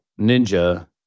Ninja